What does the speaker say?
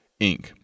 Inc